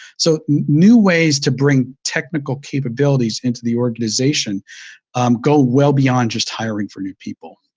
so new ways to bring technical capabilities into the organization go well beyond just hiring for new people.